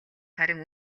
харин